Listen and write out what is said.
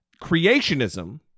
creationism